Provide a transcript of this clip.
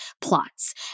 plots